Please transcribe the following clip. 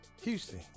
Houston